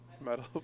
medal